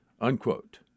unquote